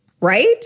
right